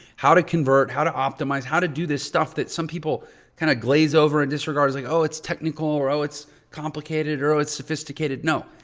how to convert, how to optimize, how to do this stuff that some people kind of glaze over and disregard as like oh, it's technical or oh, it's complicated or oh, it's sophisticated. no,